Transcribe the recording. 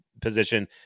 position